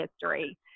history